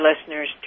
listeners